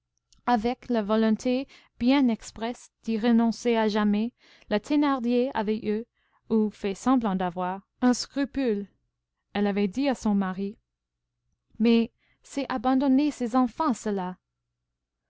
avec la volonté bien expresse d'y renoncer à jamais la thénardier avait eu ou fait semblant d'avoir un scrupule elle avait dit à son mari mais c'est abandonner ses enfants cela